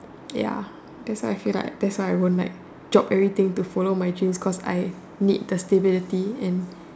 ya that's why I feel like I won't like drop everything to follow my dreams cause I need the stability and